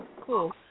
Cool